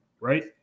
right